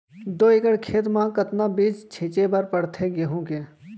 दो एकड़ खेत म कतना बीज छिंचे बर पड़थे गेहूँ के?